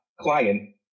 client